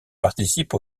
participe